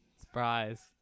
Surprise